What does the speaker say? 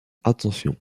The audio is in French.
attention